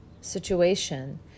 situation